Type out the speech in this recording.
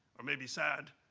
or maybe sad,